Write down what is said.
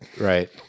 right